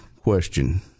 question